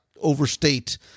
overstate